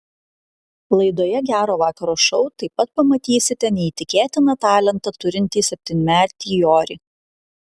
laidoje gero vakaro šou taip pat pamatysite neįtikėtiną talentą turintį septynmetį jorį